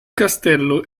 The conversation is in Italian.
castello